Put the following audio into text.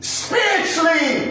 spiritually